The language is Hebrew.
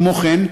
כמו כן,